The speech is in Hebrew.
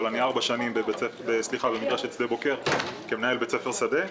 אבל אני ארבע שנים במדרשת שדה בוקר כמנהל בית ספר שדה.